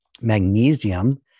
Magnesium